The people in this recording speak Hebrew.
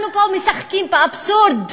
אנחנו פה משחקים באבסורד,